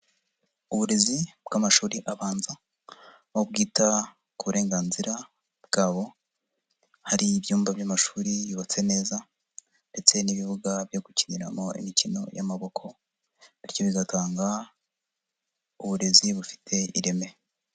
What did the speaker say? Uburezi bw'amashuri abanza, aho bwita ku burenganzira bwabo, hari ibyumba by'amashuri yubatse neza ndetse n'ibibuga byo gukiniramo imikino y'amaboko, bityo bigatanga uburezi bufite ireme.